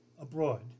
abroad